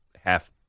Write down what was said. half